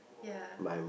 ya